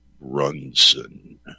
Brunson